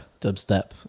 dubstep